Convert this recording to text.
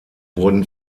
wurden